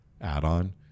add-on